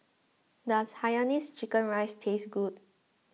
does Hainanese Chicken Rice taste good